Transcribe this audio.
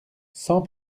sans